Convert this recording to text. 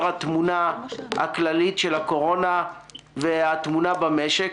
התמונה הכללית של הקורונה והתמונה במשק.